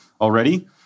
already